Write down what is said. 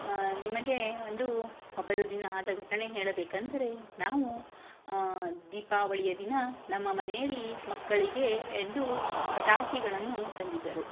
ನಿಮಗೆ ಒಂದು ಹಬ್ಬದ ದಿನ ಆದ ಘಟನೆ ಹೇಳಬೇಕೆಂದರೆ ನಾವು ದೀಪಾವಳಿಯ ದಿನ ನಮ್ಮ ಮನೆಯಲ್ಲಿ ಮಕ್ಕಳಿಗೆ ಎಂದು ಪಟಾಕಿಗಳನ್ನು ತಂದಿದ್ದರು